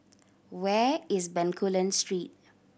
where is Bencoolen Street